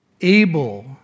Able